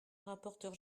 rapporteur